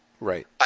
Right